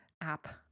app